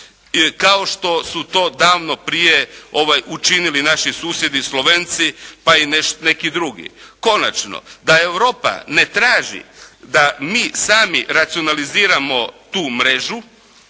kao što su to davno prije učinili naši susjedi Slovenci pa i neki drugi. Konačno da Europa ne traži da mi sami racionaliziramo tu mrežu,